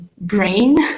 brain